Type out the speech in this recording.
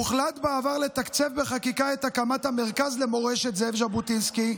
הוחלט בעבר לתקצב בחקיקה את הקמת המרכז למורשת זאב ז'בוטינסקי,